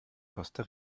costa